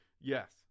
Yes